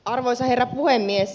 arvoisa herra puhemies